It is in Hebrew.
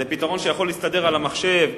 זה פתרון שיכול להסתדר על המחשב,